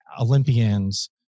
Olympians